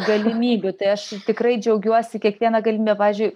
galimybių tai aš tikrai džiaugiuosi kiekviena galimybe pavyzdžiui